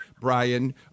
Brian